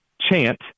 chant